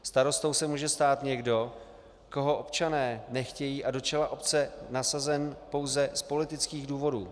Starostou se může stát někdo, koho občané nechtějí a do čela obce je nasazen pouze z politických důvodů.